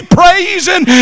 praising